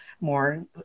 more